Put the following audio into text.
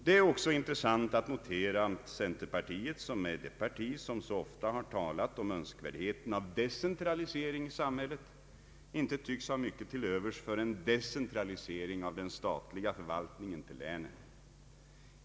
Det är också intressant att notera att centerpartiet, som är det parti som så ofta har talat om önskvärdheten av decentralisering i samhället, inte tycks ha mycket till övers för en decentralisering av den statliga förvaltningen till länen.